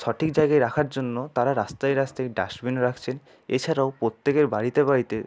সঠিক জায়গায় রাখার জন্য তারা রাস্তায় রাস্তায় ডাস্টবিন রাখছেন এছাড়াও প্রত্যেকের বাড়িতে বাড়িতে